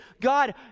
God